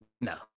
No